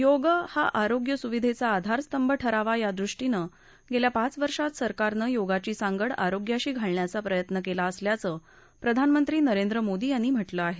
योग हा आरोग्य सुविधेचा आधारस्तंभ ठरावा यादृष्टीनं गेल्या पाच वर्षात सरकारनं योगाची सांगड आरोग्याशी घालण्याचा प्रयत्न केला असल्याचं प्रधानमंत्री नरेंद्र मोदी यांनी म्हटलं आहे